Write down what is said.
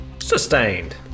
Sustained